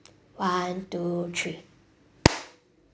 one two three